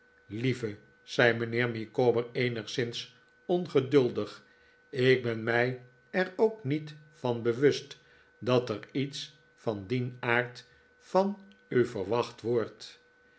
lieve zei mijnheer micawber eenigszins ongeduldig ik ben mij er ook niet van bewust dat er iets van dien aard van u verwacht wordt